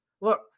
look